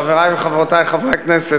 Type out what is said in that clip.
חברותי וחברי חברי הכנסת,